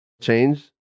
change